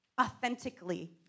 authentically